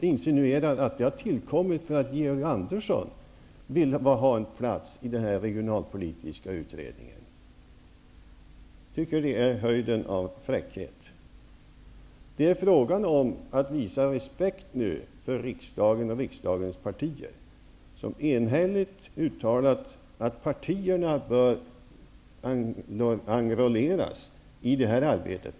Han insinuerar att det har tillkommit för att Georg Andersson vill ha en plats i den regionalpolitiska utredningen. Jag tycker att det är höjden av fräckhet. Det handlar nu om att visa respekt för riksdagen och för riksdagens partier, som enhälligt har uttalat att partierna bör enrolleras i det här arbetet.